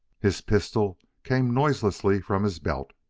his pistol came noiselessly from his belt.